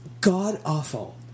god-awful